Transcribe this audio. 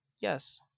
Yes